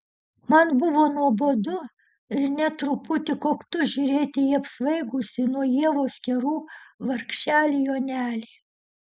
man buvo nuobodu ir net truputį koktu žiūrėti į apsvaigusį nuo ievos kerų vargšelį jonelį